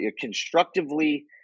constructively